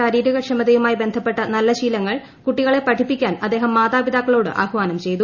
കാരീരികക്ഷമതയുമായി ബന്ധപ്പെട്ട നല്ല ശീലങ്ങൾ കുട്ടികളെ പഠിപ്പിക്കാൻ അദ്ദേഹം മാതാപിതാക്കളോട് ആഹ്വാനം ചെയ്തു